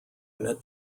unit